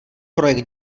projekt